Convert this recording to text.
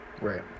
right